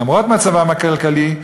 למרות מצבם הכלכלי,